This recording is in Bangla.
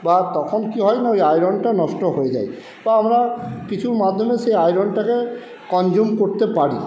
বা তখন কি হয় না ওই আয়রনটা নষ্ট হয়ে যায় বা আমরা কিছুর মাধ্যমে সেই আয়রনটাকে কনজিউম করতে পারি